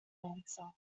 answer